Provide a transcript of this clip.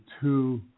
two